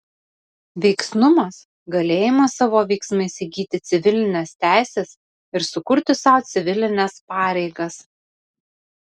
veiksnumas galėjimas savo veiksmais įgyti civilines teises ir sukurti sau civilines pareigas